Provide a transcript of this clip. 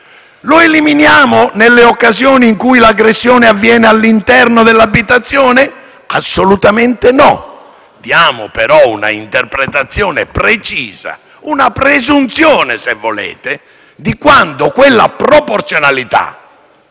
Lo eliminiamo nelle occasioni in cui l'aggressione avviene all'interno dell'abitazione? Assolutamente no. Diamo però un'interpretazione precisa - una presunzione, se volete - di quando quella proporzionalità